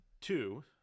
two